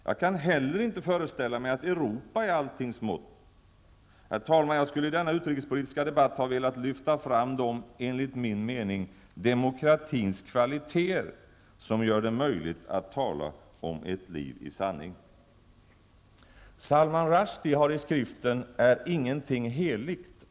Jag kan heller inte föreställa mig att Europa är alltings mått. Jag skulle i denna utrikespolitiska debatt ha velat lyfta fram de, enligt min mening, demokratins kvaliteter, som gör det möjligt att tala om ''ett liv i sanning''. Salman Rushdie har i skriften Är ingenting heligt?